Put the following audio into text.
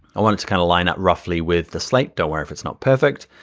i wanted to kinda line up roughly with the slate. don't worry if it's not perfect.